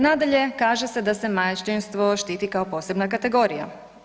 Nadalje, kaže se da se majčinstvo štiti kao posebna kategorija.